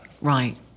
Right